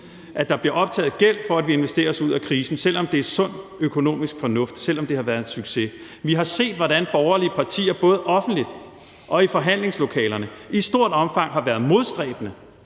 at der bliver optaget gæld, for at vi investerer os ud af krisen, selv om det er sund økonomisk fornuft, selv om det har været en succes. Vi har set, hvordan borgerlige partier både offentligt og i forhandlingslokalerne i stort omfang har været modstræbende,